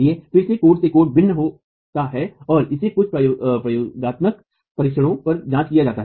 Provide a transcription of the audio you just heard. यह फिर से कोड से कोड भिन्न होता है और इसे कुछ प्रयोगात्मक परीक्षणों पर जांचा जाता है